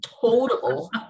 total